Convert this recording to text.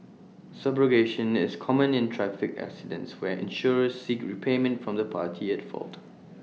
subrogation is common in traffic accidents where insurers seek repayment from the party at fault